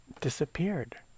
disappeared